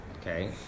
Okay